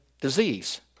disease